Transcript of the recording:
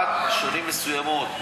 עד שנים מסוימות,